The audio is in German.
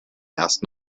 erst